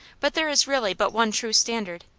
but there is really but one true standard,